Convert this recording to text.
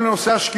אני אוציא את כל